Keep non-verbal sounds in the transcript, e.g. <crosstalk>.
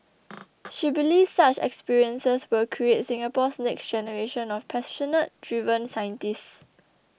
<noise> she believes such experiences will create Singapore's next generation of passionate driven scientists